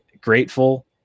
grateful